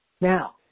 Now